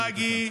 זה טרגי,